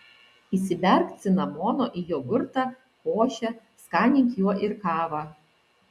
įsiberk cinamono į jogurtą košę skanink juo ir kavą